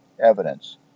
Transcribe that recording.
evidence